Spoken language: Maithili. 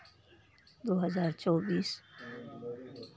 दू हजार चौबीस